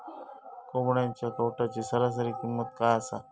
कोंबड्यांच्या कावटाची सरासरी किंमत काय असा?